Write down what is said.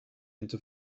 into